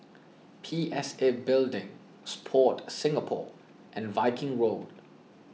P S A Building Sport Singapore and Viking Road